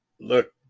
Look